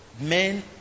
men